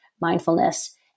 mindfulness